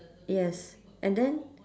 yes and then